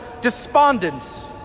despondent